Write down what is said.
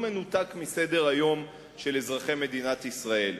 מנותק מסדר-היום של אזרחי מדינת ישראל.